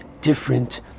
different